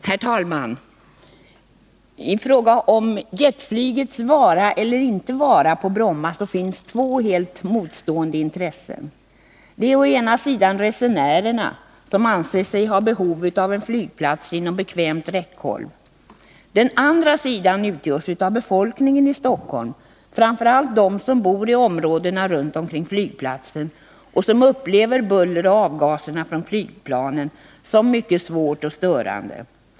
Herr talman! I fråga om jetflygets vara eller icke vara på Bromma finns två helt motstående intressen. i Den ena sidan är resenärerna, som anser sig ha behov av en flygplats inom bekvämt räckhåll. Den andra sidan utgörs av befolkningen i Stockholm, framför allt de som bor i områdena runt omkring flygplatsen och som upplever bullret och avgaserna från flygplanen som mycket svåra och störande.